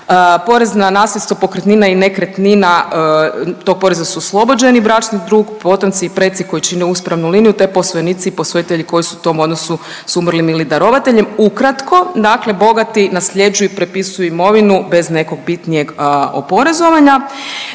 Porez na nasljedstvo pokretnina i nekretnina tog poreza su oslobođeni bračni drug, potomci i preci koji čine uspravnu liniju, te posvojenici i posvojitelji koji su u tom odnosu sa umrlim ili darovateljem. Ukratko dakle bogati nasljeđuju i prepisuju imovinu bez nekog bitnijeg oporezovanja.